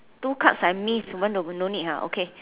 two cards I missed want to no need ah okay